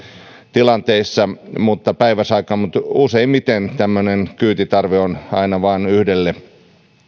tilanteissa päiväsaikaan mutta useimmiten tämmöinen kyytitarve on aina vain yhdelle